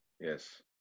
Yes